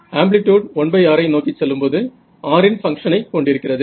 amplitude 1r ஐ நோக்கிச் செல்லும்போது r இன் பங்க்ஷனை கொண்டிருக்கிறது